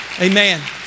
Amen